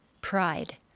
pride